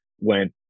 went